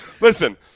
Listen